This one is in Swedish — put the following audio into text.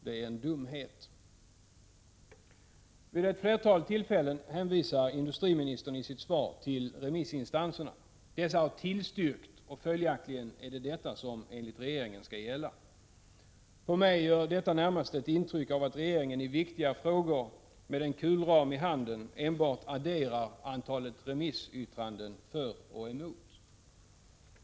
Det är en dumhet.” Vid ett flertal tillfällen hänvisar industriministern i sitt svar till remissinstanserna. Dessa har tillstyrkt, och följaktligen är det detta som, enligt regeringen, skall gälla. På mig gör detta närmast ett intryck av att regeringen i viktiga frågor, med en kulram i handen, enbart adderar antalet remissyttranden för och emot.